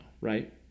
right